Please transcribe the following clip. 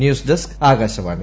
news desk Akashvani